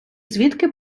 звідки